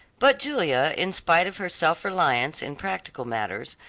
but julia, in spite of her self-reliance in practical matters,